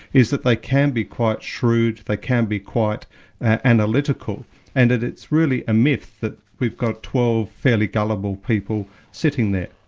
is that they can be quite shrewd, they can be quite analytical and that it's really a myth that we've got twelve fairly gullible people sitting there.